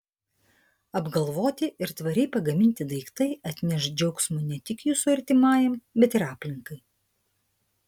apgalvoti ir tvariai pagaminti daiktai atneš džiaugsmo ne tik jūsų artimajam bet ir aplinkai